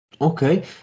okay